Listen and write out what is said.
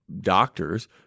doctors